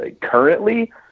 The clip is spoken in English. currently